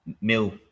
Mil